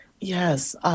Yes